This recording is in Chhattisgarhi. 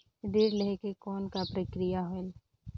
ऋण लहे के कौन का प्रक्रिया होयल?